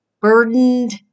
burdened